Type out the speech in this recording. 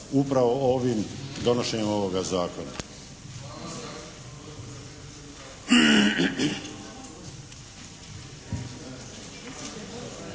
upravo ovim, donošenjem ovoga zakona.